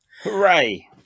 Hooray